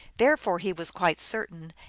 therefore he was quite certain,